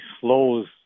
slows